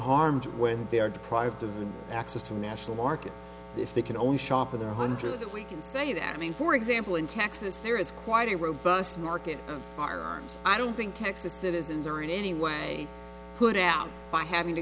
harmed when they are deprived of access to national market if they can only shop with a hundred that we can say that i mean for example in texas there is quite a robust market firearms i don't think texas citizens are in any way put out by having to